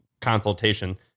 consultation